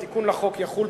התיקון לחוק יחול,